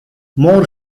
more